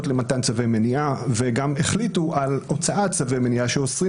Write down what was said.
למתן צווי מניעה וגם החליטו על הוצאת צווי מניעה שאוסרים